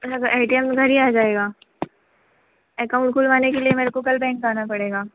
अच्छा A T M घर ही आ जाएगा एकाउंट खुलवाने के लिए मेरे को कल बैंक आना पड़ेगा